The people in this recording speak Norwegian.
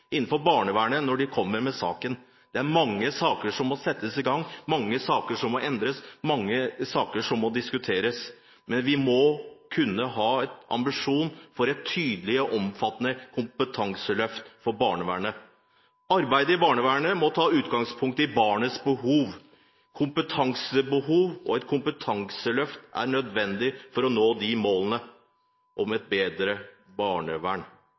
barnevernet når de kommer med saken. Det er mange saker som må settes i gang, mange saker som må endres, mange saker som må diskuteres, men vi må kunne ha en ambisjon om et tydelig og omfattende kompetanseløft for barnevernet. Arbeidet i barnevernet må ta utgangspunkt i barnets behov. Kompetansebehov og et kompetanseløft er nødvendig for å nå målene om et bedre barnevern.